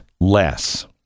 less